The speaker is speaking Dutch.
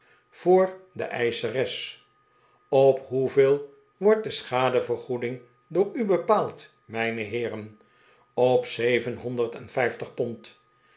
voor de eischeres op hoeveel wordt de schadevergoeding door u bepaald mijne heeren op